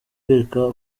super